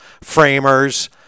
framers